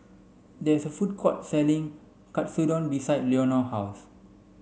there is a food court selling Katsudon behind Leonor house